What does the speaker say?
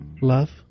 love